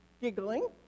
giggling